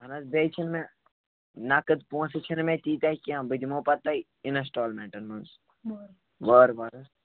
اَہن حظ بیٚیہِ چھِنہٕ مےٚ نَقٕد پونسہٕ چھِنہٕ مےٚ تیٖتیاہ کیٚنٛہہ بہٕ دِمو پتہٕ تۄہہِ اِنسٹالمینٛٹَن منٛز وارٕ وارٕ حظ